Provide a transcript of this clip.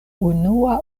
unua